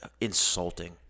insulting